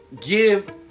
give